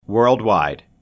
Worldwide